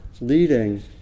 leading